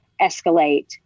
escalate